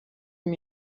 dem